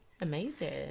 amazing